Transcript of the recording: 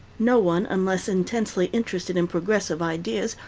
no one, unless intensely interested in progressive ideas,